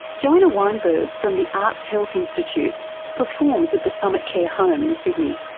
joanna weinberg from the arts health institute performs at the summitcare home in sydney.